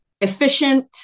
efficient